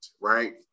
right